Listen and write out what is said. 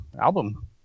album